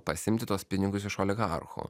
pasiimti tuos pinigus iš oligarchų